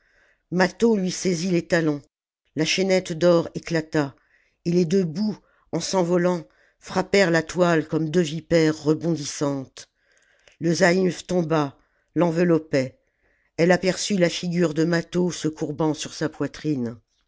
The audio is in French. mâtho lui saisit les talons la chaînette d'or éclata et les deux bouts en s'envolant frappèrent la toile comme deux vipères rebondissantes le zaïmph tomba l'enveloppait elle aperçut la figure de mâtho se courbant sur sa poitrine